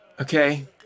Okay